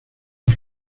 las